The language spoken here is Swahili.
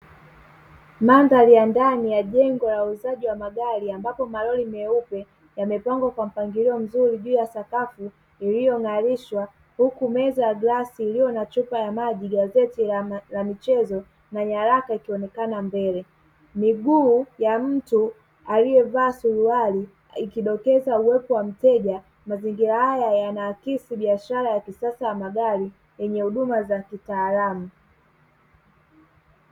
Mandhari ya ndani ya jengo la uuzaji wa magari ambapo maroli meupe yamepangwa kwa mpangilio mzuri juu ya sakafu iliyong'arishwa huku meza ya glasi iliyo na chupa ya maji, gazeti la michezo na nyaraka ikionekana mbele, miguu ya mtu aliyevaa suruali ikidokeza uwepo wa mteja, mazingira haya yanaakisi biashara ya kisasa ya magari yenye huduma za kitaalamu.